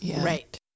Right